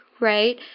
right